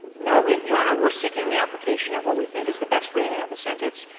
no. we your honor, we're seeking the application of what we think is the best reading of the sentence.